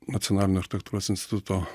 nacionalinio architektūros instituto